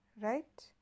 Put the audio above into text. Right